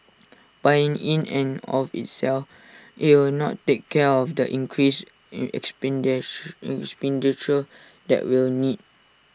but in in and of itself IT will not take care of the increased expenditure that we'll need